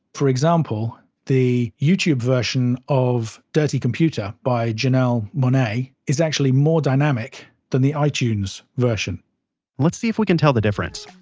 for example, the youtube version of dirty computer by janelle monae is actually more dynamic than the itunes version let's see if we can tell the difference,